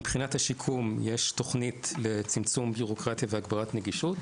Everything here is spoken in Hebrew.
מבחינת השיקום יש תוכנית לצמצום בירוקרטיה והגברת נגישות,